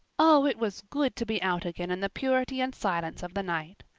oh, it was good to be out again in the purity and silence of the night!